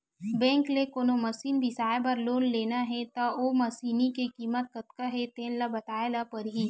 bank ले कोनो machine बिसाए बर लोन लेना हे त ओ मसीनी के कीमत कतका हे तेन ल बताए ल परही